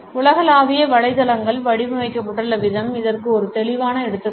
உலகளாவிய வலைத்தளங்கள் வடிவமைக்கப்பட்டுள்ள விதம் இதற்கு ஒரு தெளிவான எடுத்துக்காட்டு